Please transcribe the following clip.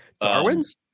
Darwin's